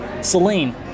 Celine